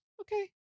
Okay